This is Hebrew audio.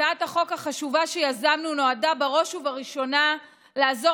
הצעת החוק החשובה שיזמנו נועדה בראש ובראשונה לעזור